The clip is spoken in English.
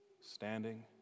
standing